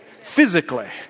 Physically